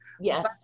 Yes